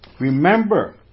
Remember